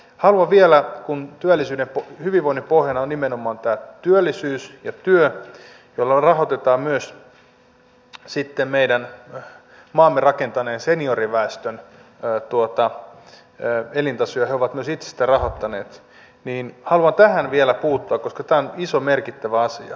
haluan vielä kun hyvinvoinnin pohjana on nimenomaan työllisyys ja työ joilla sitten rahoitetaan myös meidän maamme rakentaneen senioriväestön elintasoa ja he ovat myös itse sitä rahoittaneet tähän puuttua koska tämä on iso merkittävä asia